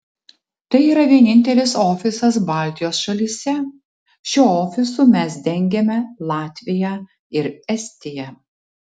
tai yra vienintelis ofisas baltijos šalyse šiuo ofisu mes dengiame latviją ir estiją